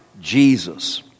Jesus